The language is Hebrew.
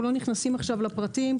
אנחנו לא נכנסים עכשיו לפרטים,